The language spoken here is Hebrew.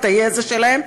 את היזע שלהם,